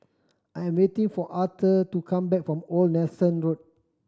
I am waiting for Auther to come back from Old Nelson Road